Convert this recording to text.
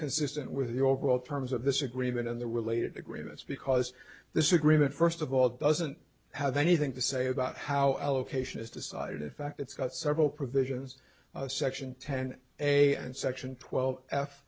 consistent with the overall terms of this agreement and the related agreements because this agreement first of all doesn't have anything to say about how allocation is decided in fact it's got several provisions section ten and section twelve f